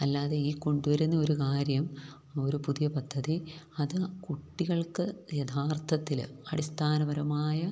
അല്ലാതെ ഈ കൊണ്ടുവരുന്ന ഒരു കാര്യം ഒരു പുതിയ പദ്ധതി അത് കുട്ടികൾക്ക് യഥാർത്ഥത്തില് അടിസ്ഥാനപരമായ